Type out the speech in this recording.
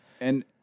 And-